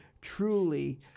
truly